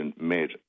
made